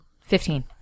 Fifteen